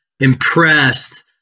impressed